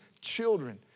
children